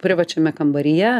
privačiame kambaryje